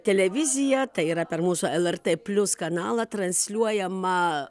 televiziją tai yra per mūsų lrt plius kanalą transliuojama